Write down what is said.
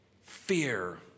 fear